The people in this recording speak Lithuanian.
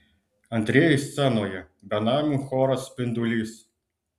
antrieji scenoje benamių choras spindulys